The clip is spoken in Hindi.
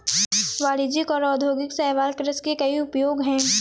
वाणिज्यिक और औद्योगिक शैवाल कृषि के कई उपयोग हैं